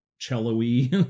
cello-y